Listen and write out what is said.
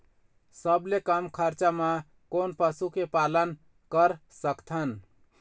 सबले कम खरचा मा कोन पशु के पालन कर सकथन?